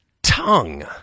Tongue